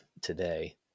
today